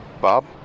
Bob